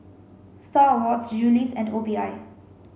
Star Awards Julie's and O P I